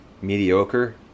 mediocre